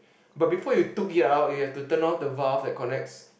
but before you took it out you have to turn of the valve that connects